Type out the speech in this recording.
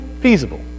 feasible